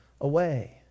away